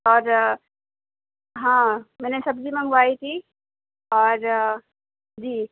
اور ہاں میں نے سبزی منگوائی تھی اور جی